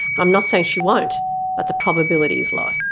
i'm not saying she won't but the probability is low.